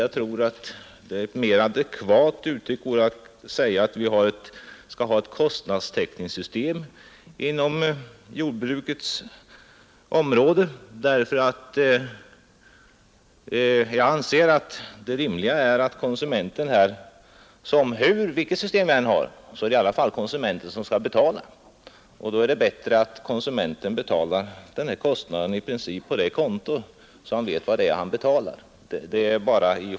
Det hade varit mer adekvat att uttrycka det så att vi skall ha ett kostnadstäckningssystem inom jordbrukets område. Vilket system vi än har är det i alla fall konsumenterna som skall betala, och då är det i princip bättre att de betalar på det rätta kontot, så att de vet vad de betalar.